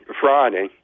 Friday